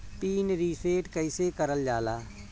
Pin reset कईसे करल जाला?